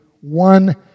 one